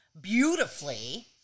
beautifully